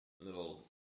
little